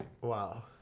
Wow